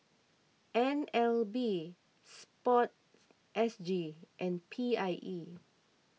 N L B Sports S G and P I E